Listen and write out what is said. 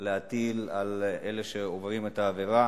להטיל על אלה שעוברים את העבירה